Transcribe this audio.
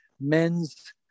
men's